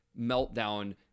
meltdown